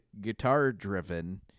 guitar-driven